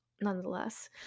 nonetheless